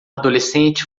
adolescente